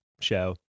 show